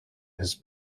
his